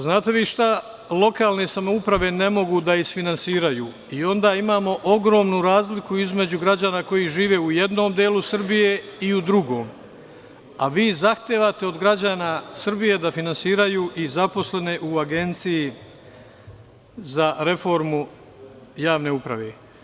Znate vi šta lokalne samouprave ne mogu da isfinansiraju i onda imamo ogromnu razliku između građana koji žive u jednom delu Srbije i u drugom, a vi zahtevate od građana Srbije da finansiraju i zaposlene u agenciji za reformu javne uprave.